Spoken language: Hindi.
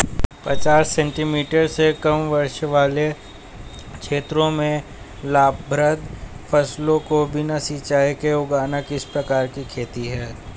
पचास सेंटीमीटर से कम वर्षा वाले क्षेत्रों में लाभप्रद फसलों को बिना सिंचाई के उगाना किस प्रकार की खेती है?